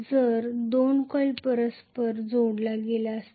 जर दोन कॉइल परस्पर जोडल्या गेल्या असतील